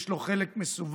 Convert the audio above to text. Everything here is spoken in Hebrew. יש לו חלק מסווג